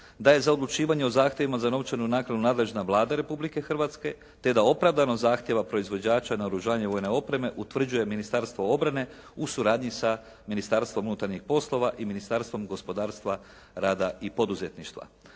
da je za odlučivanje o zahtjevima za novčanu naknadu nadležna Vlada Republike Hrvatske te da opravdanost zahtjeva proizvođača vojne opreme utvrđuje Ministarstvo obrane u suradnji sa Ministarstvom unutarnjih poslova i Ministarstvom gospodarstva, rada i poduzetništva.